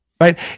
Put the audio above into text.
Right